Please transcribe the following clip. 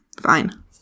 fine